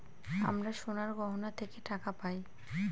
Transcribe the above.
আমরা সোনার গহনা থেকে টাকা পায়